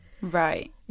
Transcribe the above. Right